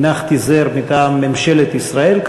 הנחתי זר מטעם ממשלת ישראל,